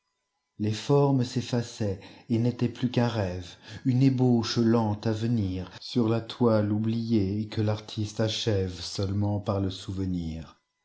les formes s'effaçaient et n'étaient plus qu'un rêve une ébaache leale k xeairsur la toile oubliée et que l'artiste achèveseulement par le souvenir